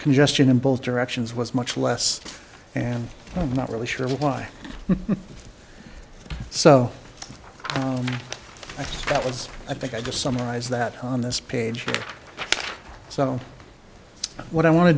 congestion in both directions was much less and i'm not really sure why so that was i think i just summarize that on this page so what i want to